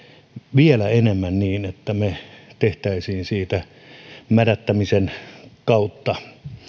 vielä enemmän niin että me tekisimme siitä mädättämisen kautta